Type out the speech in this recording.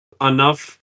enough